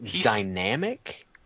dynamic